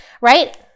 right